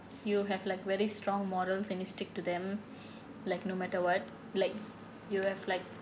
you have like very strong morals and you stick to them like no matter what like you have like